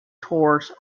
tours